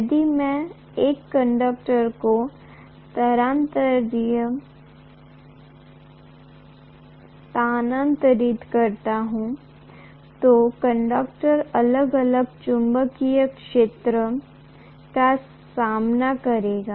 यदि मैं एक कंडक्टर को स्थानांतरित करता हूं तो कंडक्टर अलग अलग चुंबकीय क्षेत्र का सामना करेगा